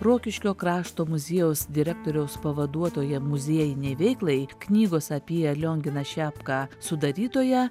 rokiškio krašto muziejaus direktoriaus pavaduotoja muziejinei veiklai knygos apie lionginą šepką sudarytoja